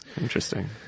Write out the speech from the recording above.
interesting